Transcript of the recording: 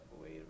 wait